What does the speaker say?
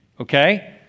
okay